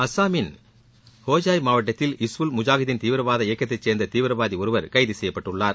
அசாமின் ஹோஜாய் மாவட்டத்தில் ஹிஸ்புல் முஜாகிதின் தீவிரவாத இயக்கத்தை சேர்ந்த தீவிரவாதி ஒருவர் கைது செய்யப்பட்டுள்ளார்